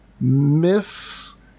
miss